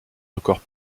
record